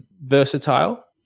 versatile